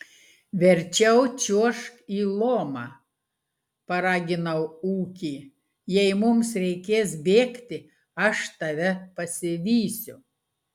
verčiau čiuožk į lomą paraginau ūkį jei mums reikės bėgti aš tave pasivysiu